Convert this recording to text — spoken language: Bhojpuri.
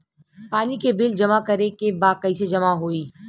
पानी के बिल जमा करे के बा कैसे जमा होई?